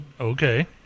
Okay